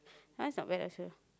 that one is not bad also